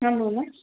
हं बोला